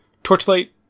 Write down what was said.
Torchlight